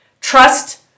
Trust